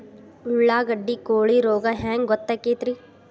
ಉಳ್ಳಾಗಡ್ಡಿ ಕೋಳಿ ರೋಗ ಹ್ಯಾಂಗ್ ಗೊತ್ತಕ್ಕೆತ್ರೇ?